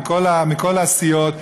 מכל הסיעות,